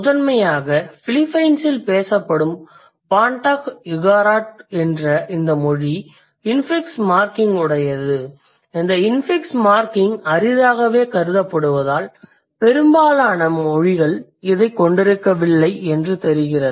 முதன்மையாக பிலிப்பைன்ஸில் பேசப்படும் Bontoc Igorot என்ற இந்த மொழி இன்ஃபிக்ஸ் மார்க்கிங் உடையது இந்த இன்ஃபிக்ஸ் மார்க்கிங் அரிதாகவே கருதப்படுவதால் பெரும்பாலான மொழிகள் இதைக் கொண்டிருக்கவில்லை என்று தெரிகிறது